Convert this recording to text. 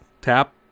tap